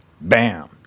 Bam